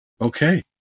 Okay